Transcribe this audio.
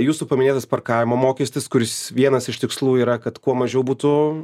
jūsų paminėtas parkavimo mokestis kurs vienas iš tikslų yra kad kuo mažiau būtų